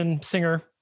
singer